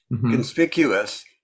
Conspicuous